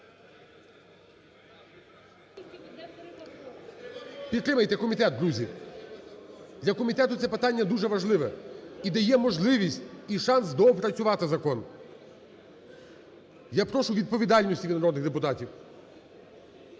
Підтримайте комітет, друзі, для комітету це питання дуже важливо і дає можливість, і шанс доопрацювати закон. Я прошу відповідальності від народних депутатів.